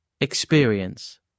Experience